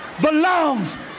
belongs